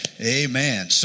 Amen